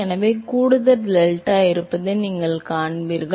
எனவே கூடுதல் டெல்டா இருப்பதை நீங்கள் காண்கிறீர்கள்